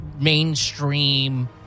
mainstream